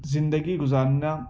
زندگی گزارنا